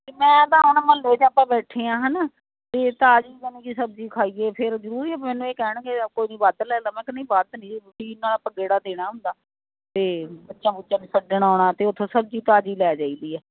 ਮੈਂ ਤਾਂ ਹੁਣ ਮੁਹੱਲੇ 'ਚ ਆਪਾਂ ਬੈਠੇ ਹਾਂ ਹੈ ਨਾ ਵੀ ਤਾਜ਼ੀ ਜਾਨੀ ਕਿ ਸਬਜ਼ੀ ਖਾਈਦੀ ਆ ਫਿਰ ਜ਼ਰੂਰ ਮੈਨੂੰ ਇਹ ਕਹਿਣਗੇ ਆਪੋ ਜੀ ਵੱਧ ਲੈ ਲਵਾਂ ਕਿ ਨਹੀਂ ਵੱਧ ਨਹੀਂ ਆਪਾਂ ਗੇੜਾ ਦੇਣਾ ਹੁੰਦਾ ਅਤੇ ਬੱਚਾ ਬੁੱਚਾ ਅਤੇ ਛੱਡਣ ਆਉਣਾ ਅਤੇ ਉੱਥੋਂ ਸਬਜ਼ੀ ਤਾਜ਼ੀ ਲੈ ਜਾਈਦੀ ਆ